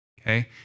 okay